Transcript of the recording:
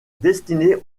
destinée